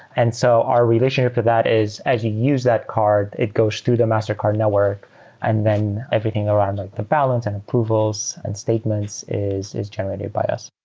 and so our relationship with that is as you use that card, it goes through the mastercard network and then everything around like the balance and approvals and statements is is generated by us.